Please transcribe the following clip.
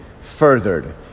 furthered